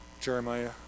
Jeremiah